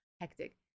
hectic